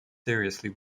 seriously